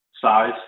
size